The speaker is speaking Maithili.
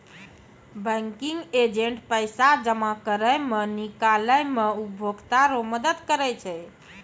बैंकिंग एजेंट पैसा जमा करै मे, निकालै मे उपभोकता रो मदद करै छै